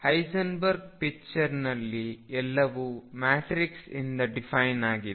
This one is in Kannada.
ಹೈಸೆನ್ಬರ್ಗ್ ಪಿಚ್ಚರ್ ನಲ್ಲಿ ಎಲ್ಲವೂ ಮ್ಯಾಟ್ರಿಕ್ಸ್ ಇಂದ ಡಿಫೈನ್ ಆಗಿದೆ